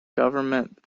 government